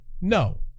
no